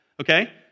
okay